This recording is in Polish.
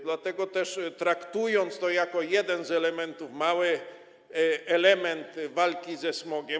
Dlatego też traktujemy to jako jeden z elementów, mały element, walki ze smogiem.